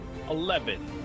Eleven